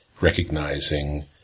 recognizing